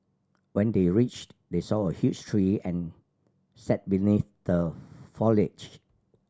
when they reached they saw a huge tree and sat beneath the foliage